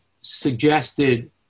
suggested